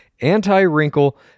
anti-wrinkle